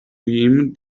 him